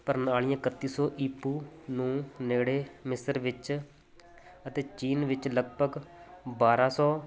ਪ੍ਰਣਾਲੀਆਂ ਇਕੱਤੀ ਸੌ ਈਪੂ ਨੂੰ ਨੇੜੇ ਮਿਸਰ ਵਿੱਚ ਅਤੇ ਚੀਨ ਵਿੱਚ ਲਗਭਗ ਬਾਰਾਂ ਸੌ